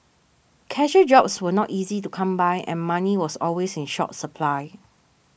casual jobs were not easy to come by and money was always in short supply